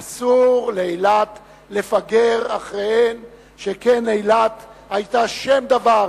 אסור לאילת לפגר אחריהן, שכן אילת היתה שם דבר